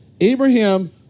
Abraham